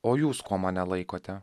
o jūs kuo mane laikote